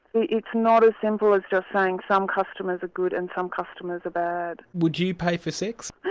it's not as simple as just saying some customers are good and some customers are bad. would you pay for sex?